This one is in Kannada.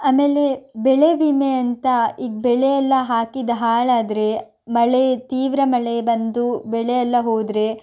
ಆಮೇಲೆ ಬೆಳೆ ವಿಮೆ ಅಂತ ಈಗ ಬೆಳೆ ಎಲ್ಲ ಹಾಕಿದ್ದು ಹಾಳಾದರೆ ಮಳೆ ತೀವ್ರ ಮಳೆ ಬಂದು ಬೆಳೆ ಎಲ್ಲ ಹೋದರೆ